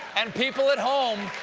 and people at home,